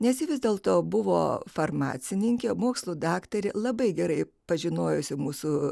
nes vis dėlto buvo farmacininkę mokslų daktarė labai gerai pažinojusi mūsų